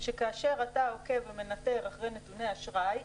שכאשר אתה עוקב נתוני אשראי ומנטר אותם,